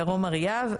אריאב.